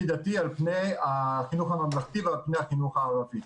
דתי על פני החינוך הממלכתי ועל פני החינוך הערבי,